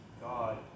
God